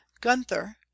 Gunther